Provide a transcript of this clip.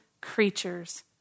creatures